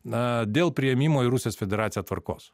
na dėl priėmimo į rusijos federaciją tvarkos